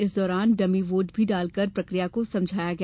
इस दौरान dummy vote भी डालकर प्रक्रिया को समझाया गया